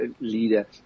leader